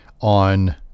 on